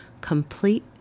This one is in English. complete